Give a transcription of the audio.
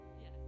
Yes